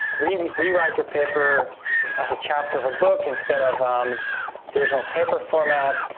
rewrite rewrite your paper as a chapter of a book instead of um the original paper format,